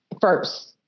first